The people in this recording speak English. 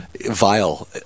vile